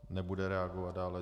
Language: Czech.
Nebude reagovat dále.